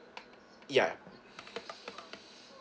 yeah